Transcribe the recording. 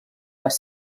vell